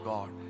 God